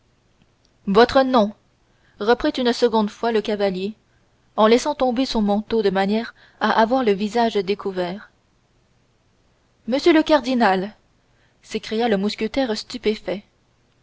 votre nom reprit une seconde fois le cavalier en laissant tomber son manteau de manière à avoir le visage découvert monsieur le cardinal s'écria le mousquetaire stupéfait